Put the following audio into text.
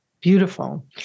Beautiful